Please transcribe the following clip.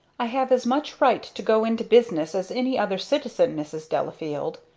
i have as much right to go into business as any other citizen, mrs. delafield,